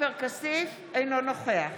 אינו נוכח